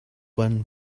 one